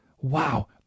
Wow